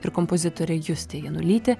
ir kompozitorė justė janulytė